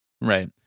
Right